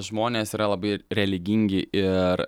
žmonės yra labai religingi ir